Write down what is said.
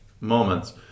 moments